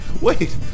wait